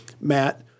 Matt